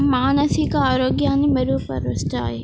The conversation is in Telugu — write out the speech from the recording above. మానసిక ఆరోగ్యాన్ని మెరుగుపరుస్తాయి